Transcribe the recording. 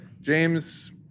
James